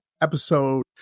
episode